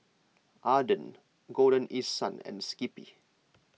Aden Golden East Sun and Skippy